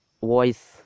voice